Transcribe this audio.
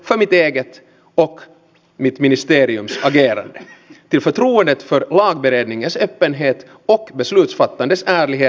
suomessa on perinteisesti voitu luottaa siihen että poliisin saa tarvittaessa paikalle nopeasti ja luotettavasti